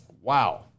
wow